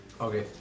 okay